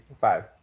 Five